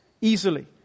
easily